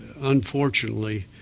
unfortunately